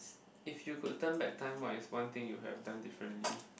if you could turn back time what is one thing you have done differently